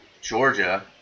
Georgia